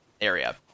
area